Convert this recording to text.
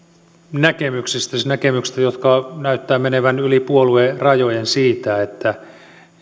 näkemyksistä näkemyksistä jotka näyttävät menevän yli puoluerajojen siitä että